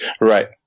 right